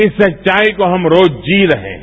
इस सच्चाई को हम रोज जी रहे हैं